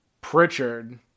Pritchard